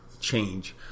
change